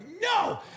no